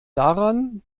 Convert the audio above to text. daran